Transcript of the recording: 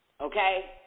Okay